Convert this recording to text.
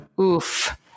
Oof